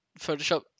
Photoshop